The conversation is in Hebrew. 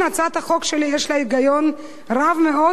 הצעת החוק שלי יש בה היגיון רב מאוד,